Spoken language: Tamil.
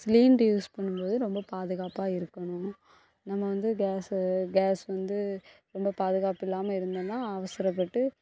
சிலிண்டர் யூஸ் பண்ணும் போது ரொம்ப பாதுகாப்பாக இருக்கணும் நம்ம வந்து கேஸ்ஸை கேஸ் வந்து ரொம்ப பாதுகாப்பு இல்லாமல் இருந்தோன்னா அவசரப்பட்டு